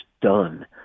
done